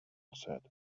said